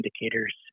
indicators